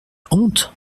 honte